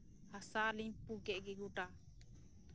ᱦᱟᱥᱟᱞᱤᱧ ᱯᱩ ᱠᱮᱜ ᱜᱮ ᱜᱳᱴᱟ